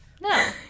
no